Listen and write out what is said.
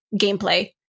gameplay